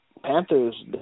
Panthers